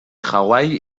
hawaii